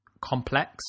complex